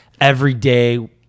everyday